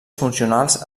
funcionals